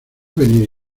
venir